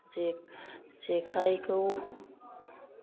जे जेखाइखौ